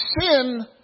sin